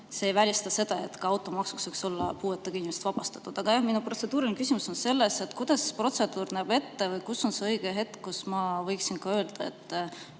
see ei välista seda, et ka automaksust võiks olla puuetega inimesed vabastatud. Aga jah, minu protseduuriline küsimus on see: kuidas protseduur ette näeb või millal on õige hetk, kui ma võiksin öelda, et